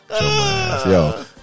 Yo